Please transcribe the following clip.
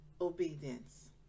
obedience